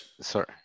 Sorry